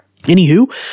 Anywho